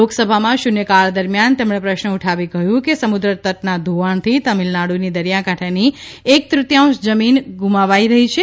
લોકસભામાં શૂન્યકાળ દરમિયાન તેમણે પ્રશ્ન ઉઠાવી કહ્યું કે સમુદ્રતટના ધોવાણથી તામિલનાડુની દરિયાકાંઠાની એકતૃતિયાંશ જમીન ગુમાવાઇ રહી છે